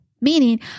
Meaning